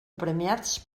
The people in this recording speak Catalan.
premiats